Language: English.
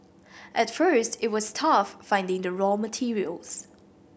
at first it was tough finding the raw materials